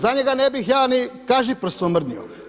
Za njega ne bih ja ni kažiprstom mrdnuo.